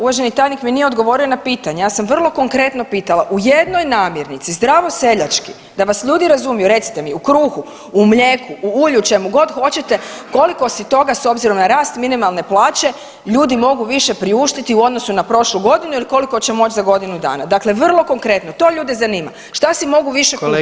Uvaženi tajnik mi nije odgovori na pitanje, ja sam vrlo konkretno pitala u jednoj namirnici, zdravoseljački da vas razumiju reci te mi u kruhu, u mlijeku, u ulju u čemu god hoćete koliko si toga s obzirom na rast minimalne plaće ljudi mogu više priuštiti u odnosu na prošlu godinu ili koliko će moć za godinu dana, dakle vrlo konkretno to ljude zanima šta si mogu više kupiti.